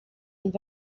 and